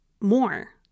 more